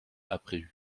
après